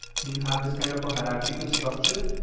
can you have this kind of a hierarchical structure?